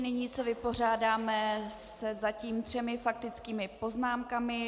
Nyní se vypořádáme se zatím třemi faktickými poznámkami.